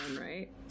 right